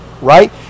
right